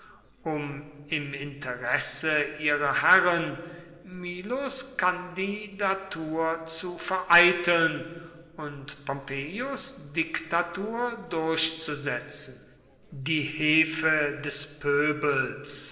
um im interesse ihrer herren milos kandidatur zu vereiteln und pompeius diktatur durchzusetzen die hefe des pöbels